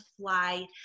fly